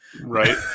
Right